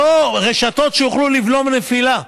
רשתות שיוכלו לבלום נפילה,